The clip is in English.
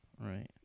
Right